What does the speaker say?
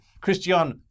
Christian